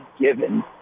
given